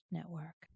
Network